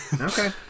okay